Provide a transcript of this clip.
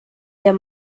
der